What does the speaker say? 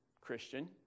Christian